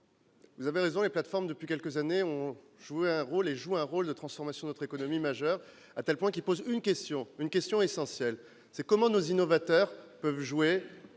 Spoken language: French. Vous avez raison, la plateforme depuis quelques années on joué un rôle et joue un rôle de transformation notre économie majeure à telle point qui pose une question, une question essentielle c'est comment nos innovateur jouer